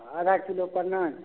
आधा किलो पर नहीं